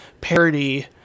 parody